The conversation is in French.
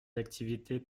activités